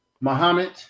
Muhammad